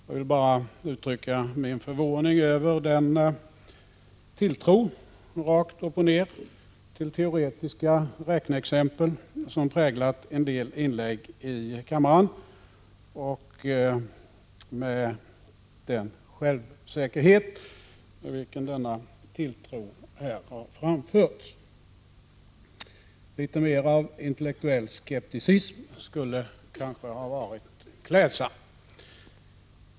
Jag vill bara uttrycka min förvåning över den direkta tilltro till teoretiska räkneexempel som har präglat en del inlägg i kammaren och den självsäkerhet med vilken denna tilltro har framförts. Litet mer av intellektuell skepticism skulle kanske ha varit klädsamt.